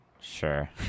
sure